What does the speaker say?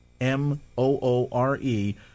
m-o-o-r-e